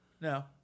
No